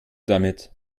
damit